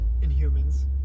Inhumans